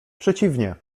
przeciwnie